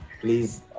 Please